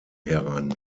heran